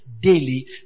daily